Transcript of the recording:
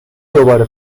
دوباره